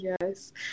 Yes